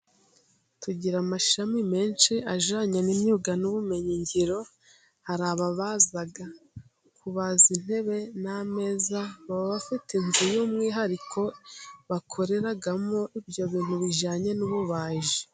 Tugira amashami menshi ajyanye n'imyuga n'ubumenyi ngiro hari ababaza kubaza intebe n'ameza baba bafite inzu y'umwihariko bakoreramo ibyo bintu bijyanye n'ububaji.